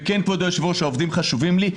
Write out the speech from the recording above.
וכן, כבוד היושב-ראש, העובדים חשובים לי.